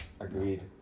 Agreed